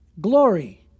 Glory